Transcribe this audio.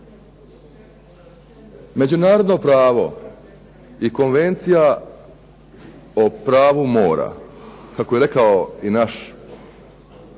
Međunarodno pravo i Konvencija o pravu mora, kako je rekao predsjednički